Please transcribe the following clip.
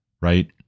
right